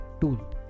tool